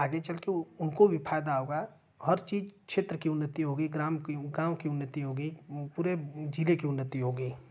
आगे चल कर उनको भी फायदा होगा हर चीज क्षेत्र की उन्नति होगी ग्राम की गाँव की उन्नति होगी पूरे ज़िले की उन्नति होगी